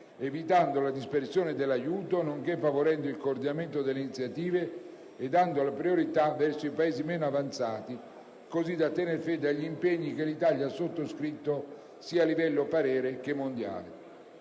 evitando la dispersione dell'aiuto, nonché favorendo il coordinamento delle iniziative e dando la priorità all'aiuto verso i Paesi meno avanzati, così da tenere fede agli impegni che l'Italia ha sottoscritto sia a livello europeo che a